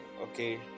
okay